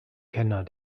kenner